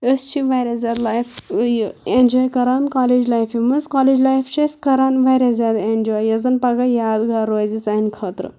أسی چھِ واریاہ زیادٕ لایِف یہِ اٮ۪نجاے کَران کالیج لایفہِ منٛز کالیج لایِف چھِ أسۍ کَران واریاہ زیادٕ اٮ۪نٛجاے یَس زَن پَگاہ یادگار روزِ سانہِ خٲطرٕ